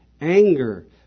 anger